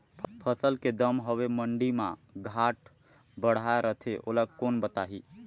फसल के दम हवे मंडी मा घाट बढ़ा रथे ओला कोन बताही?